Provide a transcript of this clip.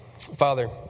Father